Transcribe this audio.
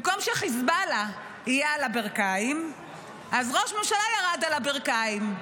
במקום שחיזבאללה יהיה על הברכיים אז ראש הממשלה ירד על הברכיים.